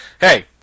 hey